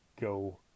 go